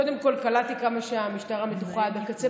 קודם כול, קלטתי כמה המשטרה מתוחה עד הקצה.